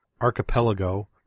archipelago